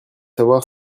savoir